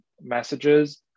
messages